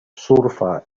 surfa